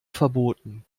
verboten